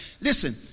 Listen